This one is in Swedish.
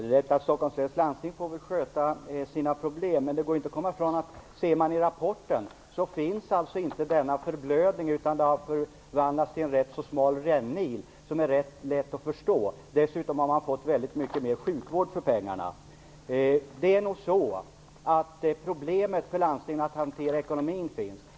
Herr talman! Stockholms läns landsting får väl klara av sina problem. Det går dock inte att komma ifrån att i rapporten finns det inte en sådan här förblödning. Den har förvandlats till en ganska smal rännil som är rätt lätt att förstå. Dessutom har man fått mycket mera sjukvård för pengarna. Landstingen har problem med att hantera ekonomin.